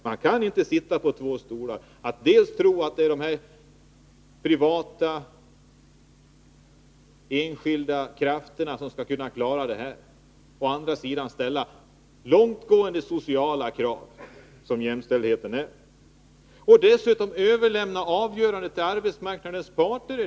Man kan inte sitta på två stolar samtidigt, och å ena sidan tro att de privata, enskilda krafterna skall kunna klara detta, å andra sidan ställa långtgående sociala krav, som jämställdheten innebär, och dessutom överlämna avgörandet till arbetsmarknadens parter.